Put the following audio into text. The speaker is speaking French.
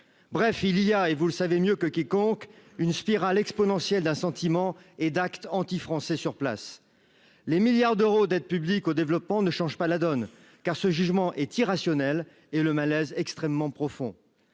bref, il y a, et vous le savez mieux que quiconque une spirale exponentielle là et d'actes anti-français sur place, les milliards d'euros d'aide publique au développement ne change pas la donne, car ce jugement est irrationnel et le malaise extrêmement profond